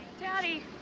Daddy